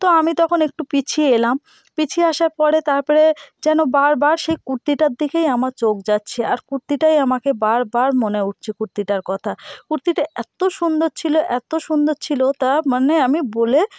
তো আমি তখন একটু পিছিয়ে এলাম পিছিয়ে আসার পরে তারপরে জানো বারবার সেই কুর্তিটার দিকেই আমার চোখ যাচ্ছে আর কুর্তিটাই আমাকে বারবার মনে উঠছে কুর্তিটার কথা কুর্তিটা এত্তো সুন্দর ছিলো এতো সুন্দর ছিলো তা মানে আমি বলে